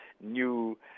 new